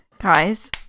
Guys